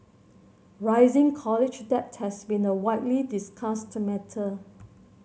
rising college debt has been a widely discussed matter